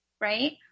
right